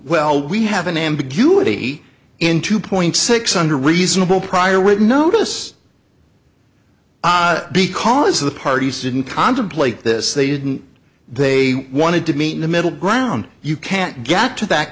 well we have an ambiguity in two point six hundred reasonable prior would notice because the parties didn't contemplate this they didn't they wanted to meet in the middle ground you can't get to that